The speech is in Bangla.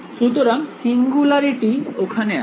সুতরাং সিঙ্গুলারিটি ওখানে আছে